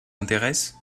intéresse